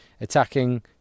attacking